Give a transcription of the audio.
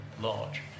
large